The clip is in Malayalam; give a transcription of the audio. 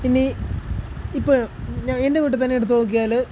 ഇനി ഇപ്പോള് എൻ്റെ വീട്ടില്ത്തന്നെ എടുത്തുനോക്കിയാല്